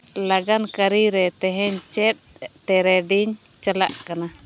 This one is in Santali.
ᱞᱟᱜᱟᱱ ᱠᱟᱹᱨᱤ ᱨᱮ ᱛᱮᱦᱮᱧ ᱪᱮᱫ ᱴᱮᱨᱮᱰᱤᱝ ᱪᱟᱞᱟᱜ ᱠᱟᱱᱟ